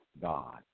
God